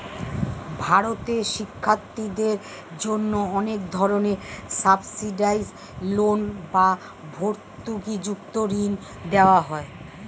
ভারতে শিক্ষার্থীদের জন্য অনেক ধরনের সাবসিডাইসড লোন বা ভর্তুকিযুক্ত ঋণ দেওয়া হয়